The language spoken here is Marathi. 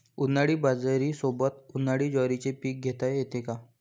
उन्हाळी बाजरीसोबत, उन्हाळी ज्वारीचे पीक घेता येते का?